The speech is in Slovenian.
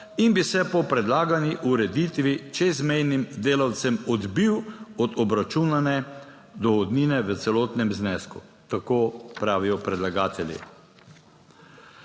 in bi se po predlagani ureditvi čezmejnim delavcem odbil od obračunane dohodnine v celotnem znesku, tako pravijo predlagatelji.